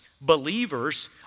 believers